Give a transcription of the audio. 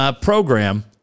program